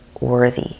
worthy